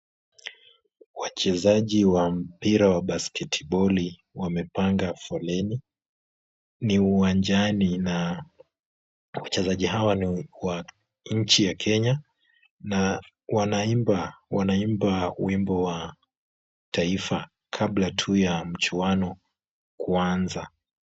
Wachezaji wa mpira wa basket ball wamepanga foleni, ni uwanjani na wachezaji hawa ni wa nchi ya Kenya na wanaimba wimbo wa taifa kabla tu ya mchuano kuanza.